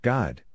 God